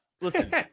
listen